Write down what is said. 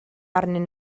arnyn